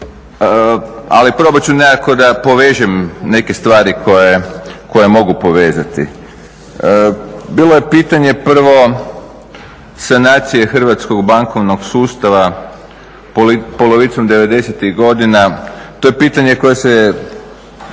ali probat ću nekako da povežem neke stvari koje mogu povezati. Bilo je pitanje prvo sanacije hrvatskog bankovnog sustava polovicom devedesetih godina. To je pitanje koje se